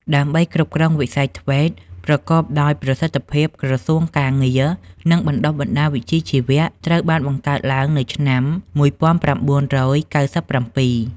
ដើម្បីគ្រប់គ្រងវិស័យ ធ្វេត TVET ប្រកបដោយប្រសិទ្ធភាពក្រសួងការងារ និងបណ្ដុះបណ្ដាលវិជ្ជាជីវៈ ត្រូវបានបង្កើតឡើងនៅឆ្នាំ ១៩៩៧។